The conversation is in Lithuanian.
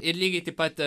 ir lygiai taip pat